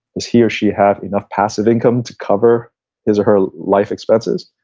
does he or she have enough passive income to cover his or her life expenses?